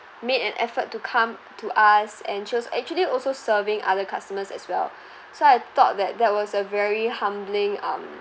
made an effort to come to us and she was actually also serving other customers as well so I thought that that was a very humbling um